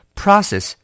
process